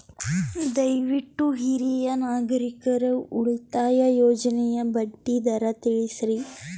ದಯವಿಟ್ಟು ಹಿರಿಯ ನಾಗರಿಕರ ಉಳಿತಾಯ ಯೋಜನೆಯ ಬಡ್ಡಿ ದರ ತಿಳಸ್ರಿ